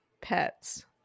pets